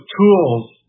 tools